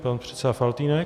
Pan předseda Faltýnek.